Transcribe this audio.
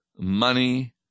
money